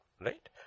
right